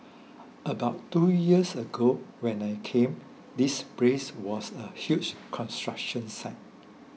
about two years ago when I came this place was a huge construction site